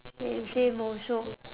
same same also